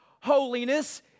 holiness